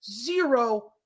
Zero